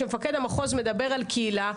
כשמפקד המחוז מדבר על קהילה,